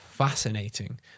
fascinating